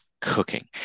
cooking